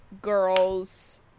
girls